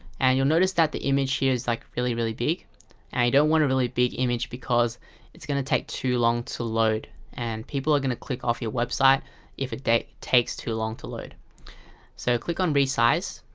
and you'll notice that the image here is like really, really big i don't want a really big image because it's gonna take too long to load and people are gonna click off your website if it takes too long to load so click on re-size